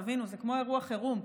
תבינו, זה כמו אירוע חירום.